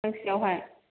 फांसेआवहाय